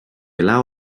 allow